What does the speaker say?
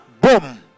Boom